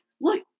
look